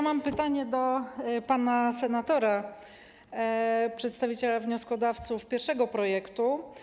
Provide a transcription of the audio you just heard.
Mam pytanie do pana senatora, przedstawiciela wnioskodawców pierwszego projektu.